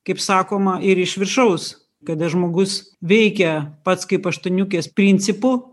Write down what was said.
kaip sakoma ir iš viršaus kada žmogus veikia pats kaip aštuoniukės principu